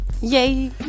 Yay